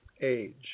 age